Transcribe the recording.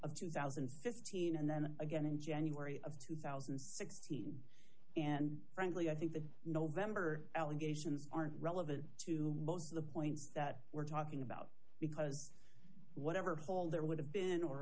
of two thousand and fifteen and then again in january of two thousand and sixteen and frankly i think the november allegations are not relevant to the points that we're talking about because whatever hole there would have been or